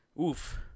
Oof